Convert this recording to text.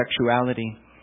sexuality